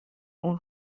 اون